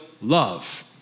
love